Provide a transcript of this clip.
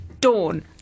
dawn